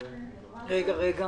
תודה רבה.